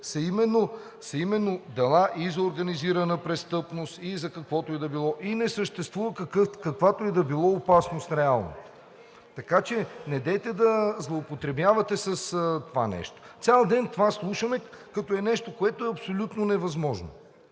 са именно дела и за организирана престъпност, и за каквото и да било, и не съществува каквато и да била опасност реално. Така че недейте да злоупотребявате с това нещо. Цял ден това слушаме, като е нещо, което е абсолютно невъзможно.